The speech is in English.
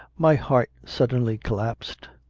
my heart suddenly collapsed.